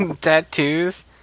tattoos